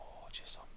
gorgeous